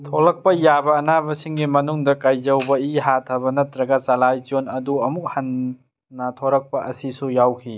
ꯊꯣꯛꯂꯛꯄ ꯌꯥꯕ ꯑꯅꯥꯕꯁꯤꯡꯒꯤ ꯃꯅꯨꯡꯗ ꯀꯥꯏꯖꯧꯕ ꯏꯤ ꯍꯥꯊꯕ ꯅꯠꯇ꯭ꯔꯒ ꯆꯂꯥꯏꯆꯣꯟ ꯑꯗꯨ ꯑꯃꯨꯛ ꯍꯟꯅ ꯊꯣꯔꯛꯄ ꯑꯁꯤꯁꯨ ꯌꯥꯎꯈꯤ